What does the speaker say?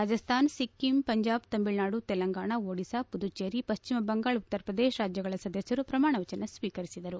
ರಾಜಸ್ವಾನ ಸಿಕ್ಕಿಂ ಪಂಜಾಬ್ ತಮಿಳುನಾಡು ತೆಲಂಗಾಣ ಓಡಿಶಾ ಮದುಚೇರಿ ಪಶ್ಚಿಮ ಬಂಗಾಳ ಉತ್ತರ ಪ್ರದೇಶ ರಾಜ್ಗಳ ಸದಸ್ನರು ಪ್ರಮಾಣವಚನ ಸ್ನೀಕರಿಸಿದರು